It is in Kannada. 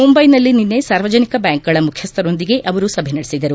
ಮುಂಬೈನಲ್ಲಿ ನಿನ್ನೆ ಸಾರ್ವಜನಿಕ ಬ್ಯಾಂಕ್ಗಳ ಮುಖ್ಯಸ್ಥರೊಂದಿಗೆ ಅವರು ಸಭೆ ನಡೆಸಿದರು